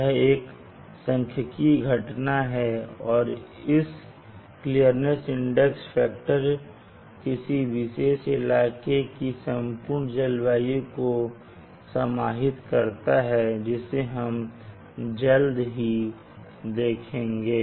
यह एक सांख्यिकीय घटना है और यह क्लीयरेंस इंडेक्स फैक्टर किसी विशेष इलाके की संपूर्ण जलवायु को समाहित करता है जिसे हम जल्द ही देखेंगे